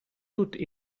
toutes